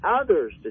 others